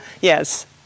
yes